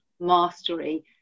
mastery